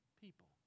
people